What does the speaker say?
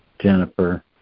Jennifer